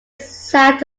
sat